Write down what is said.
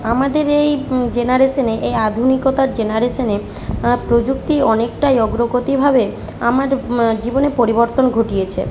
আমাদের এই জেনারেশানে এই আধুনিকতার জেনারেশানে প্রযুক্তি অনেকটাই অগ্রগতিভাবে আমার জীবনে পরিবর্তন ঘটিয়েছে